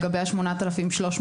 לגבי ה-8,300,